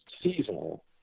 seasonal